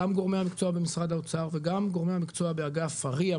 גם גורמי המקצוע במשרד האוצר וגם גורמי המקצוע באגף ה-RIA,